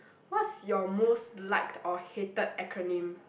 what's your most liked or hated acronym